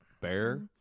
bear